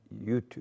YouTube